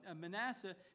Manasseh